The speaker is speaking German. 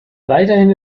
weiterhin